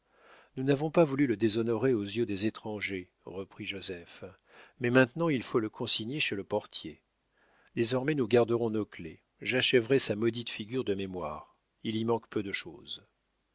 nous n'avons pas voulu le déshonorer aux yeux des étrangers reprit joseph mais maintenant il faut le consigner chez le portier désormais nous garderons nos clefs j'achèverai sa maudite figure de mémoire il y manque peu de chose